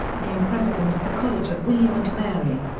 became president of the college of william and mary.